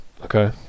Okay